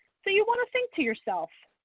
so you wanna think to yourself,